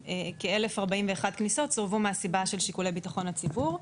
כ-1041 כניסות סורבו מהסיבה של שיקולי ביטחון הציבור.